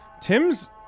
Tim's